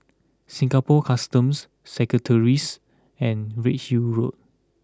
Singapore Customs Secretaries and Redhill Road